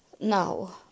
now